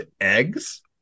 eggs